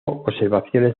observaciones